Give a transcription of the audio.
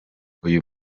uyu